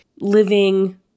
living